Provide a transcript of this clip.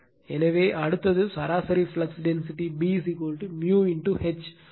எனவே அடுத்தது சராசரி ஃப்ளக்ஸ் டென்சிட்டி B H ஆனால் H Fm l